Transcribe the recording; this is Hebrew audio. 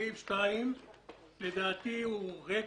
בסעיף 2 לדעתי ריק